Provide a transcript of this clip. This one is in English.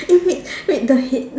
eh wait wait the head